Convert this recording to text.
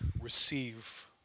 receive